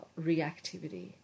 reactivity